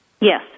Yes